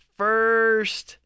first